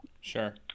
Sure